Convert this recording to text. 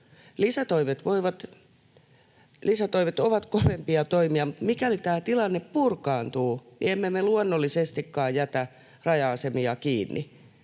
Lisätoimet ovat kovempia toimia. Mikäli tämä tilanne purkaantuu, emme me luonnollisestikaan jätä raja-asemia kiinni.